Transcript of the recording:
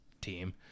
team